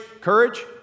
courage